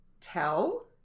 tell